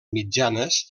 mitjanes